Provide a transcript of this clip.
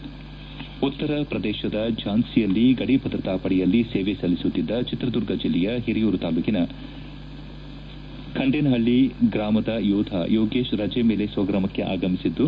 ವೆಂಕಟೇಶ ನಾಯ್ಗ ಉತ್ತರ ಪ್ರದೇಶದ ಝಾನ್ಲಿಯಲ್ಲಿ ಗಡಿ ಭದ್ರತಾ ಪಡೆಯಲ್ಲಿ ಸೇವೆ ಸಲ್ಲಿಸುತ್ತಿದ್ದ ಚಿತ್ರದುರ್ಗ ಜಿಲ್ಲೆಯ ಹಿರಿಯೂರು ತಾಲೂಕನ ಖಂಡೇನಹಳ್ಳಿ ಗ್ರಾಮದ ಯೋಧ ಯೋಗೇಶ್ ರಜೆ ಮೇಲೆ ಸ್ವ ಗ್ರಾಮಕ್ಕೆ ಆಗಮಿಸಿದ್ದು